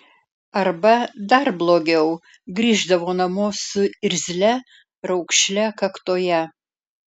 arba dar blogiau grįždavo namo su irzlia raukšle kaktoje